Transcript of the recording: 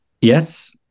Yes